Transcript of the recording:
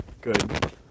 good